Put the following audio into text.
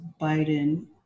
biden